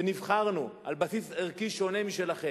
ונבחרנו על בסיס ערכי שונה משלכם,